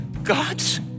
God's